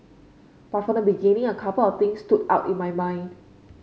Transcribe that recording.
but from the beginning a couple of things stood out in my mind